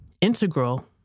integral